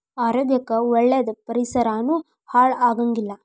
ಆರೋಗ್ಯ ಕ್ಕ ಒಳ್ಳೇದ ಪರಿಸರಾನು ಹಾಳ ಆಗಂಗಿಲ್ಲಾ